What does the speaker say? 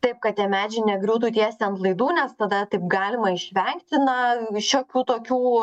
taip kad tie medžiai negriūtų tiesiai ant laidų nes tada taip galima išvengti na šiokių tokių